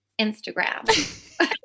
Instagram